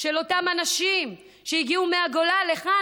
של אותם אנשים שהגיעו מהגולה לכאן,